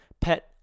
pet